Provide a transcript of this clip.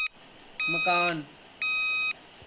मकान